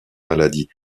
maladies